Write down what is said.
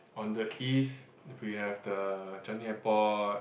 on the east we have the Changi Airport